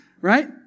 right